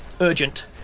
urgent